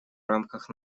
рамках